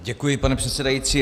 Děkuji, pane předsedající.